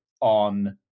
on